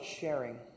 sharing